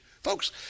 Folks